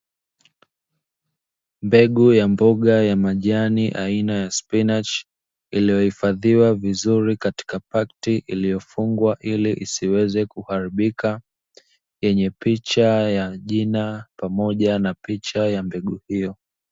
Mbegu ya mboga ya majani aina ya spinachi iliyoifadhiwa vizuri katika pakiti iliyofungwa ili isiweze kuharibika yenye picha ya jina pamoja na picha ya mbegu hiyo.